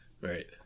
Right